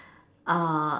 uh